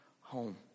home